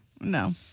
No